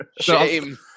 shame